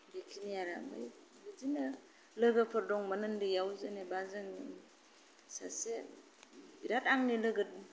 बेखिनियानो आरो बिदिनो आरो लोगोफोर दंमोन आरो जेनेबा जों सासे बिराद आंनि लोगो